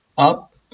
Up